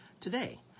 today